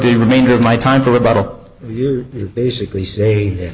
the remainder of my time for about a year basically say